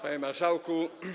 Panie Marszałku!